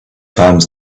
times